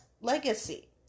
legacy